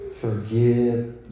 forgive